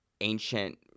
ancient